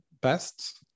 best –